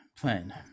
plan